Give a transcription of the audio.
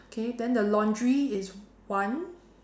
okay then the laundry is one